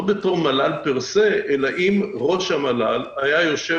לא בתור מל"ל פר-סה אלא אם ראש המל"ל היה יושב